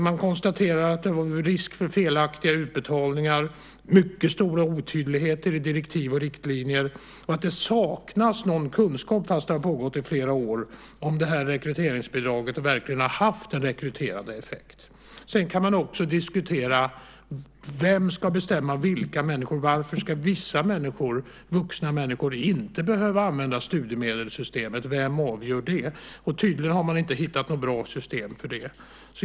Man konstaterar att det är risk för felaktiga utbetalningar, att det är mycket stora otydligheter i direktiv och riktlinjer och att det saknas kunskap, fast det har pågått i flera år, om det här rekryteringsbidraget verkligen har haft en rekryterande effekt. Sedan kan man också diskutera vem som ska bestämma vilka människor det gäller. Varför ska vissa vuxna människor inte behöva använda studiemedelssystemet? Vem avgör det? Tydligen har man inte hittat något bra system för det.